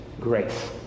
grace